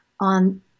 on